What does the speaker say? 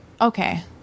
okay